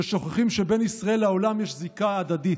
ששוכחים שבין ישראל לעולם יש זיקה הדדית,